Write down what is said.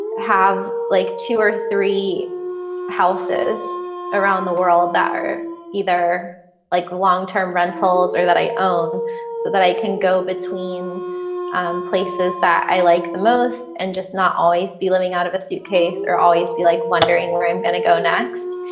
have like two or three houses around the world that are either like long-term rentals or that i own so that i can go between places that i like the most and just not always be living out of a suitcase or always be like wondering where i'm gonna go next.